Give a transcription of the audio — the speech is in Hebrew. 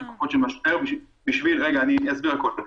אני אסביר הכול.